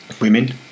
women